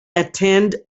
attend